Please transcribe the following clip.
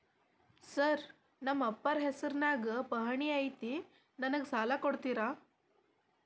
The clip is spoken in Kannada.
ಸರ್ ನನ್ನ ಅಪ್ಪಾರ ಹೆಸರಿನ್ಯಾಗ್ ಪಹಣಿ ಐತಿ ನನಗ ಸಾಲ ಕೊಡ್ತೇರಾ?